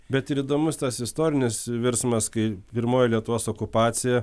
bet ir įdomus tas istorinis virsmas kai pirmoji lietuvos okupacija